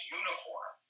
uniform